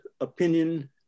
opinion